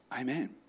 Amen